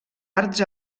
arts